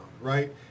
right